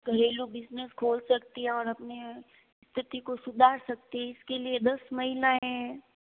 घरेलू बिजनेस खोल सकती हैं और अपने स्थिति को सुधार सकती है इसके लिए दस महिलाएँ